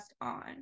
on